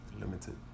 Limited